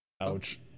Ouch